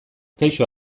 kaixo